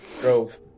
drove